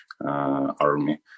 army